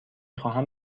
خواهم